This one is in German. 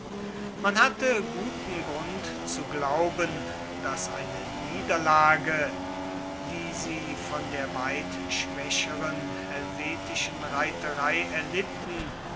man hatte guten grund zu glauben daß eine niederlage die sie von der weit schwächeren helvetischen reiterei erlitten